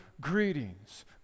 greetings